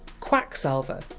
quacksalver.